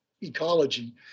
ecology